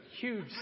huge